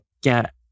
get